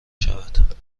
شود